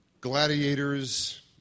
gladiators